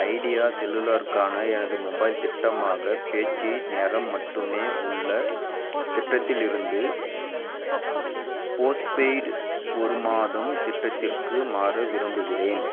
idea செல்லுலார்க்கான எனது mobile திட்டமாக பேச்சு நேரம் மட்டுமே உள்ள திட்டத்திலிருந்து போஸ்ட்பெய்டு ஒரு மாதம் திட்டத்திற்கு மாற விரும்புகின்றேன்